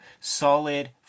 solid